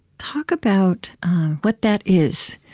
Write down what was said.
talk about what that is